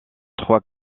trois